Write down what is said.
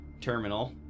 terminal